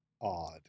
odd